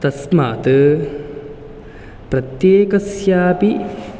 तस्मात् प्रत्येकस्यापि